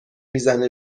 میزنه